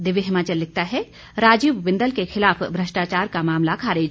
दिव्य हिमाचल लिखता है राजीव बिंदल के खिलाफ भ्रष्टाचार का मामला खारिज